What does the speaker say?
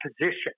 position